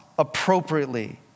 Appropriately